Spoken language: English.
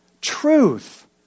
truth